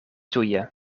tuje